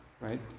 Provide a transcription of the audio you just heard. right